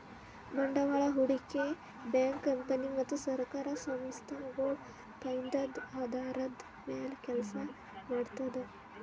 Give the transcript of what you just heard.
ಬಂಡವಾಳ್ ಹೂಡಿಕೆ bank company ಮತ್ತ್ ಸರ್ಕಾರ್ ಸಂಸ್ಥಾಗೊಳ್ ಫೈದದ್ದ್ ಆಧಾರದ್ದ್ ಮ್ಯಾಲ್ ಕೆಲಸ ಮಾಡ್ತದ್